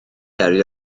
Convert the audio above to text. yrru